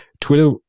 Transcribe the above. Twitter